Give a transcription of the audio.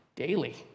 daily